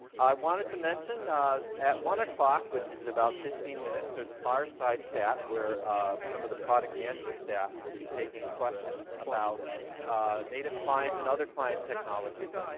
i wanted to mention at one zero, which is in about fifteen minutes, there's a fireside chat where some of the product management staff will be taking questions about native client and other client technologies.